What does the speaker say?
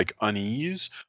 unease